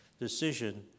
decision